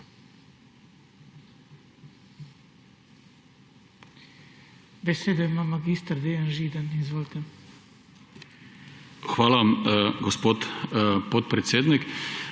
Hvala, gospod podpredsednik.